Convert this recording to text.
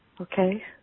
Okay